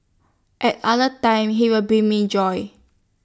at other times he will bring me joy